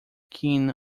keen